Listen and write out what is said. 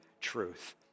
truth